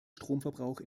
stromverbrauch